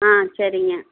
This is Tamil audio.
ஆ சரிங்க